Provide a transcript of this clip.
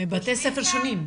--- מבתי ספר שונים.